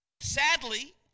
Sadly